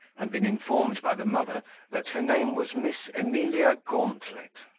and been informed by the mother that her name was miss emilia gauntlet.